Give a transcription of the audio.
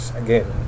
again